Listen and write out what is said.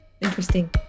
interesting